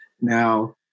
now